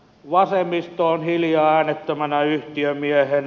vasemmisto on hiljaa äänettömänä yhtiömiehenä